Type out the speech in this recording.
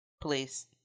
Please